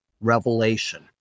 revelation